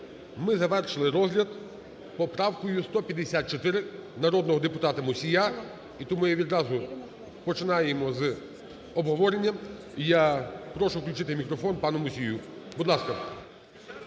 ми завершили розгляд поправкою 154 народного депутата Мусія. І тому відразу починаємо з обговорення і я прошу включити мікрофон пану Мусію. Будь ласка.